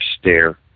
stare